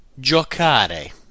giocare